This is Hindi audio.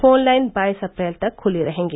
फोन लाइन बाईस अप्रैल तक खुली रहेगी